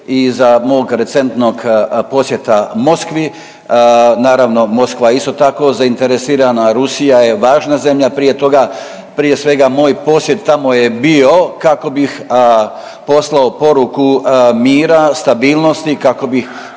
i za mog recentnog posjeta Moskvi. Naravno Moskva je isto tako zainteresirana, Rusija je važna zemlja prije toga. Prije svega moj posjet tamo je bio kako bih poslao poruku mira, stabilnosti, kako bih